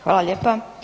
Hvala lijepa.